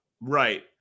Right